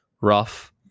rough